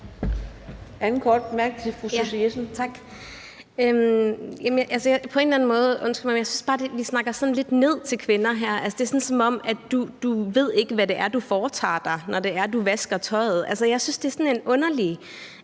på en eller anden måde synes jeg bare, vi snakker lidt ned til kvinder her. Altså, det er, som om du ikke ved, hvad det er, du foretager dig, når det er, du vasker tøjet. Jeg synes, det er sådan en underlig